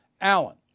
Allen